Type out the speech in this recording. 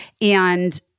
and-